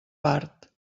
part